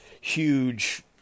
huge